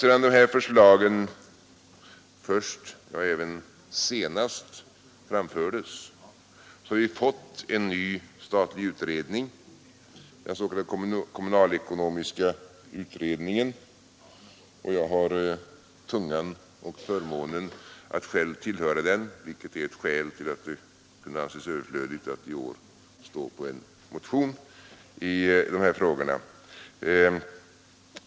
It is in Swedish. Sedan dessa förslag först — och även senast — framfördes har vi fått en ny statlig utredning, den s.k. kommunalekonomiska utredningen. Jag har tungan och förmånen att själv tillhöra den, vilket är ett skäl till att det kan anses överflödigt för mig att i år vara motionär i dessa frågor.